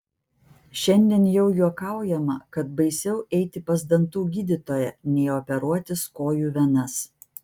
šiandien jau juokaujama kad baisiau eiti pas dantų gydytoją nei operuotis kojų venas